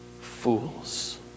fools